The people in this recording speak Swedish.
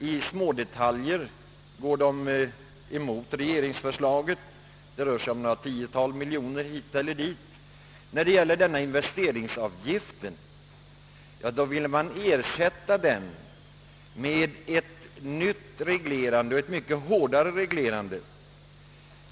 I smådetaljer går man emot regeringsförslagen — det rör sig om några miljoner hit eller dit. Men i stället för den föreslagna investeringsavgiften vill man ha en hårdare byggnadsreglering än den nuvarande.